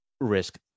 risk